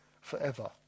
forever